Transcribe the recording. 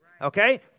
Okay